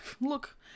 look